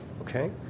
Okay